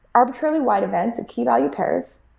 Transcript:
arbitrarily wide events of key-value pairs,